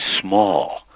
small